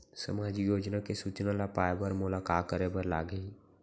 सामाजिक योजना के सूचना ल पाए बर मोला का करे बर लागही?